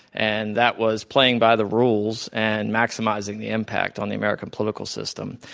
and that was playing by the rules and maximizing the impact on the american political system.